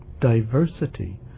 Diversity